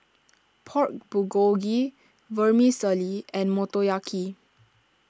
Pork Bulgogi Vermicelli and Motoyaki